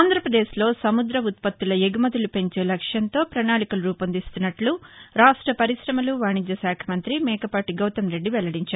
ఆంధ్రాప్రదేశ్లో సముద్ర ఉత్పత్తుల ఎగుమతులు పెంచే లక్ష్యంతో పణాళికలు రూపొందిస్తున్నట్లు రాష్ట పరిశమలు వాణిజ్య శాఖ మంతి మేకపాటి గౌతంరెడ్డి వెల్లడించారు